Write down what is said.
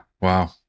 Wow